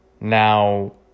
Now